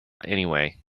anyway